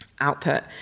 output